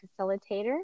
facilitator